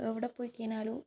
എവിടെ പോയി കഴിഞ്ഞാലും